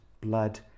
blood